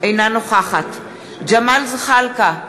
אינה נוכחת ג'מאל זחאלקה,